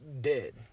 dead